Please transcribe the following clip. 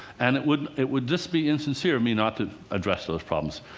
and it would it would just be insincere of me not to address those problems.